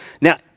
Now